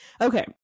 Okay